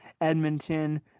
edmonton